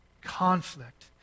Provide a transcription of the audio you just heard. Conflict